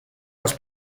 las